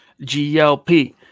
GLP